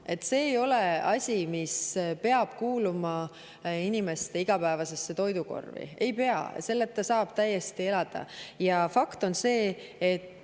See ei ole asi, mis peab kuuluma inimeste igapäevasesse toidukorvi. Ei pea! Selleta saab täiesti elada. Ja fakt on see, et